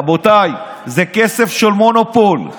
רבותיי, זה כסף של מונופול,